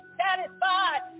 satisfied